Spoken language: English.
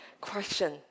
Question